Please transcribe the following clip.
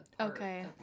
Okay